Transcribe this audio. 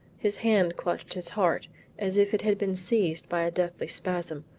his hand clutched his heart as if it had been seized by a deathly spasm.